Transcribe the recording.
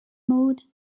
mode